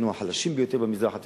כשהיינו החלשים ביותר במזרח התיכון,